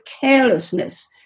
carelessness